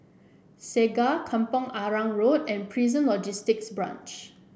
Segar Kampong Arang Road and Prison Logistic Branch